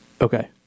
Okay